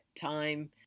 time